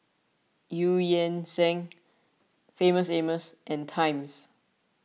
Eu Yan Sang Famous Amos and Times